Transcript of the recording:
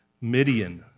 Midian